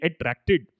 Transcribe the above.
attracted